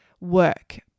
work